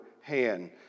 hand